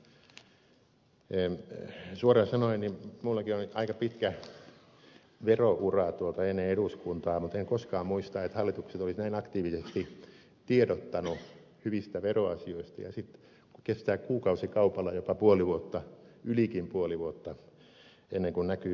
suoraan sanoen minullakin oli aika pitkä veroura ennen eduskuntaa mutta en koskaan muista että hallitus olisi näin aktiivisesti tiedottanut hyvistä veroasioista ja sitten kestää kuukausikaupalla jopa puoli vuotta ja ylikin puoli vuotta ennen kuin näkyy pykälän pykälää